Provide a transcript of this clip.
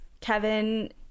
Kevin